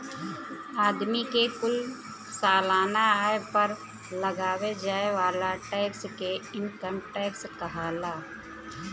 आदमी के कुल सालाना आय पर लगावे जाए वाला टैक्स के इनकम टैक्स कहाला